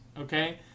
okay